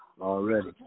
Already